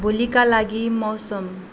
भोलिका लागि मौसम